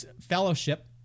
fellowship